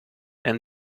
and